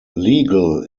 legal